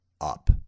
up